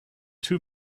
too